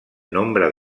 nombre